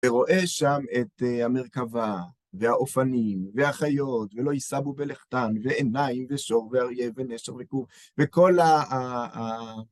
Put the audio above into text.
ורואה שם את המרכבה, והאופנים, והחיות, ולא ייסבו בלכתן, ועיניים, ושור, ואריה, ונשר, וכו', וכל ה...